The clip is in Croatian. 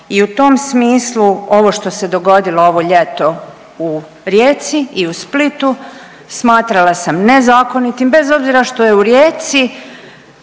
i u tom smislu ovo što se dogodilo ovo ljeto u Rijeci i u Splitu smatrala sam nezakonitim bez obzira što je u Rijeci